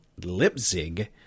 Lipzig